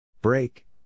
Break